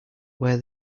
wear